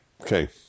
Okay